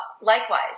Likewise